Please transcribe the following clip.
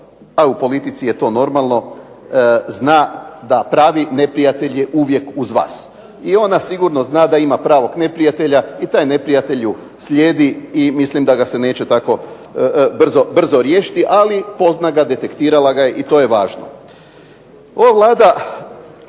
a u politici je to normalno zna da pravi neprijatelj je uvijek uz vas i ona sigurno zna da ima pravog neprijatelja i taj neprijatelj ju slijedi i mislim da ga se neće tako brzo riješiti, ali pozna ga, detektirala ga je i to je važno. Ova Vlada